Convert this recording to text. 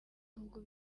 bihugu